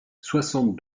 soixante